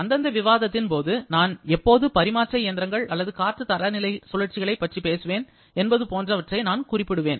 அந்தந்த விவாதங்களின் போது நான் எப்போது பரிமாற்ற இயந்திரங்கள் அல்லது காற்று தரநிலை சுழற்சிகளைப் பற்றி பேசுவேன் என்பது போன்றவற்றை நான் குறிப்பிடுவேன்